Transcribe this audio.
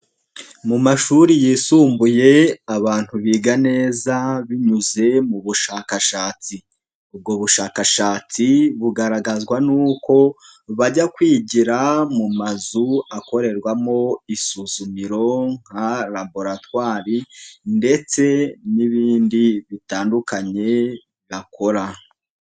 Mu mashuri yisumbuye abantu biga neza binyuze mu bushakashatsi, ubwo bushakashatsi bugaragazwa n'uko bajya kwigira mu mazu akorerwamo isuzumiro nka laboratwari ndetse n'ibindi bitandukanye bakora.